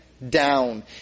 down